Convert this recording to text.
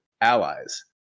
allies